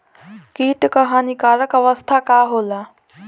कीट क हानिकारक अवस्था का होला?